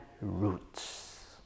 roots